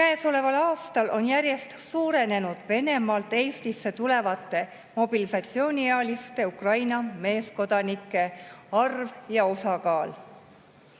Käesoleval aastal on järjest suurenenud Venemaalt Eestisse tulevate mobilisatsiooniealiste Ukraina meeskodanike arv ja osakaal.